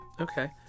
Okay